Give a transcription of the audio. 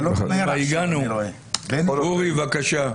אורי, בבקשה.